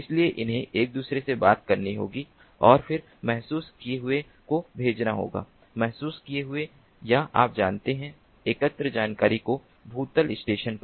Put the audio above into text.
इसलिए उन्हें एक दूसरे से बात करनी होगी और फिर महसूस किये हुए को भेजना होगा महसूस किये हुए या आप जानते हैं एकत्र जानकारी को भूतल स्टेशन पर